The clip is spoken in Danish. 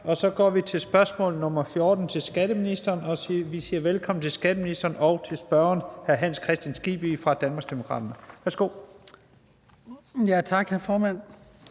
Så går vi til spørgsmål nr. 14 til skatteministeren, og vi siger velkommen til skatteministeren og til spørgeren, hr. Hans Kristian Skibby fra Danmarksdemokraterne. Kl. 14:43 Spm.